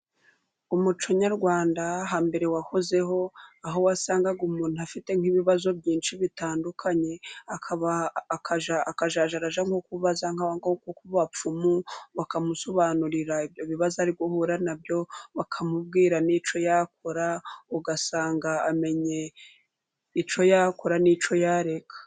Umuco nyarwanda hambere wahozeho, aho wasangaga umuntu afite nk'ibibazo byinshi bitandukanye, akazajya arajya nko kubaza ku bapfumu, bakamusobanurira ibyo bibazo ari guhura na byo, bakamubwira n'icyo yakora. Ugasanga amenye icyo yakora n'icyo yareka.